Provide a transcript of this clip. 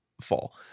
fall